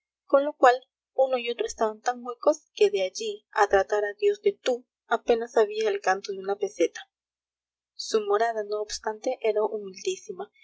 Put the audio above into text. con lo cual uno y otro estaban tan huecos que de allí a tratar a dios de tú apenas había el canto de una peseta su morada no obstante era humildísima